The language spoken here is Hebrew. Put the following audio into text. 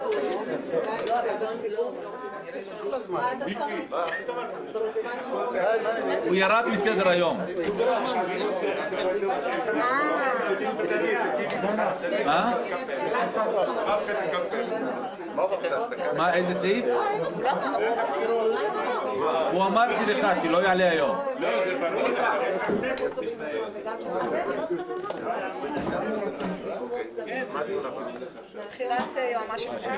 10:54.